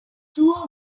through